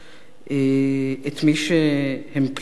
את מי שהם פליטים,